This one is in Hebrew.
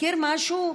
מזכיר משהו?